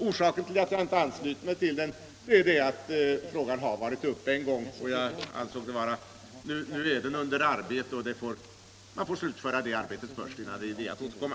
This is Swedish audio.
Orsaken till att jag inte anslöt mig till reservationen var att frågan har varit uppe en gång och nu är under arbete. Jag ansåg därför att det arbetet bör få avslutas först, innan det är någon idé att återkomma.